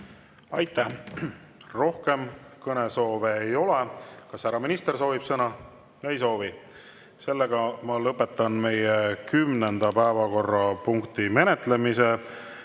Aitäh! Rohkem kõnesoove ei ole. Kas härra minister soovib sõna? Ei soovi. Ma lõpetan meie 10. päevakorrapunkti menetlemise.